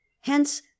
Hence